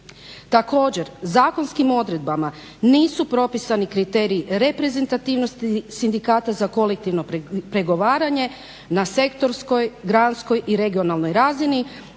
Također, zakonskim odredbama nisu propisani kriteriji reprezentativnosti sindikata za kolektivno pregovaranje na sektorskoj, dramskoj i regionalnoj razini